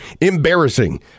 embarrassing